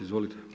Izvolite.